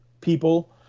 people